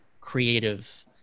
creative